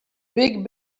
big